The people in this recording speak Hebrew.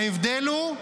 ההבדל הוא: